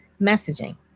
messaging